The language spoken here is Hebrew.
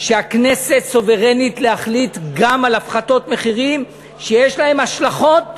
שהכנסת סוברנית להחליט גם על הפחתות מחירים שיש להן השלכות